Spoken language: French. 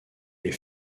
les